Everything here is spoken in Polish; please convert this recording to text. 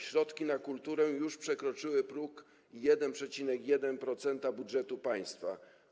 Środki na kulturę już przekroczyły próg 1,1% budżetu państwa.